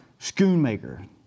Schoonmaker